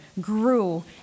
grew